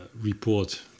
report